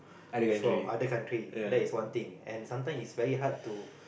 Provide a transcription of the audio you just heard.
from other country that is one thing and sometimes it's very hard to